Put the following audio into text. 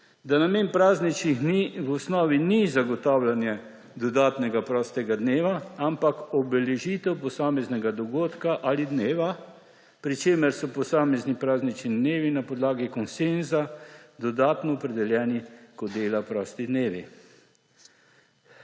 da namen prazničnih dni v osnovi ni zagotavljanje dodatnega prostega dne, ampak obeležitev posameznega dogodka ali dneva, pri čemer so posamezni praznični dnevi na podlagi konsenza dodatno opredeljeni kot dela prosti dnevi.